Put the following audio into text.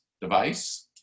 device